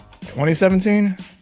2017